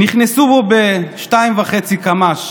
נכנסו בו בשניים וחצי קמ"ש